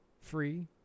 free